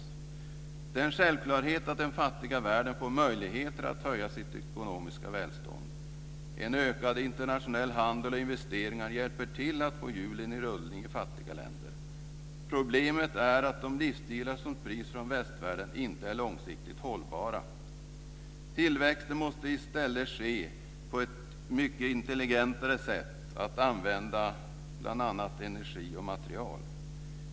Det är en självklarhet att den fattiga världen får möjligheter att höja sitt ekonomiska välstånd. En ökad internationell handel och investeringar hjälper till att få hjulen i rullning i fattiga länder. Problemet är att de livsstilar som sprids från västvärlden inte är långsiktigt hållbara. Tillväxten måste i stället ske genom ett mycket intelligentare sätt att använda bl.a. energi och material.